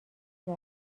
ذره